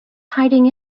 hiding